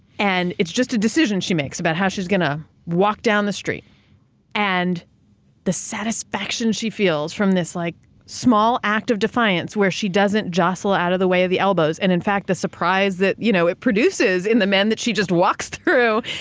and it's just a decision she makes about how she's going to walk down the street and the satisfaction she feels from this like small act of defiance, where she doesn't jostle out of the way of the elbows and in fact the surprise that you know, it produces in the men that she just walks through.